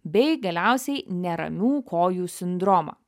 bei galiausiai neramių kojų sindromą